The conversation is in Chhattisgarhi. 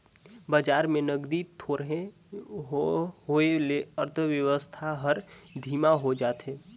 बजार में नगदी थोरहें होए ले अर्थबेवस्था हर धीमा होए जाथे